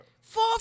Four